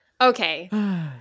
Okay